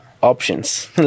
options